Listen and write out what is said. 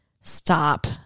stop